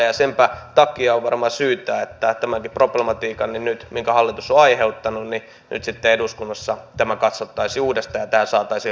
senpä takia on varmaan syytä että tämäkin problematiikka minkä hallitus on aiheuttanut nyt sitten eduskunnassa katsottaisiin uudestaan ja tähän saataisiin ratkaisu